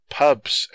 pubs